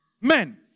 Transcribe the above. Men